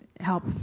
help